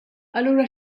allura